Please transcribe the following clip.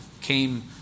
came